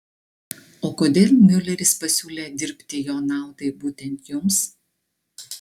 o kodėl miuleris pasiūlė dirbti jo naudai būtent jums